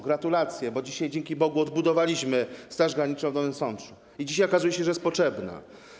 Gratulacje, bo dzisiaj dzięki Bogu odbudowaliśmy Straż Graniczną w Nowym Sączu i okazuje się, że jest potrzebna.